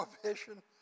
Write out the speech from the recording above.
Prohibition